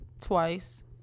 twice